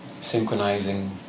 synchronizing